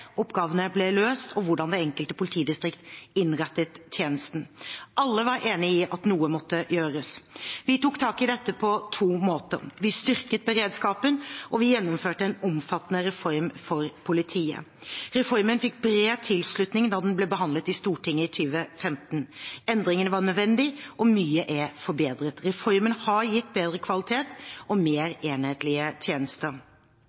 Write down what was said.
oppgavene ble løst, og hvordan det enkelte politidistrikt innrettet tjenesten. Alle var enige om at noe måtte gjøres. Vi tok tak i dette på to måter. Vi styrket beredskapen, og vi gjennomførte en omfattende reform for politiet. Reformen fikk bred tilslutning da den ble behandlet i Stortinget i 2015. Endringene var nødvendige, og mye er forbedret. Reformen har gitt bedre kvalitet og mer enhetlige tjenester.